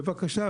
בבקשה,